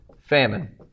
famine